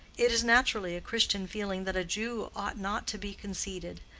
it is naturally a christian feeling that a jew ought not to be conceited.